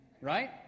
Right